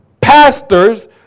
pastors